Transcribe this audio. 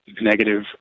negative